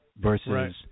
versus